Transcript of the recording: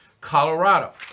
Colorado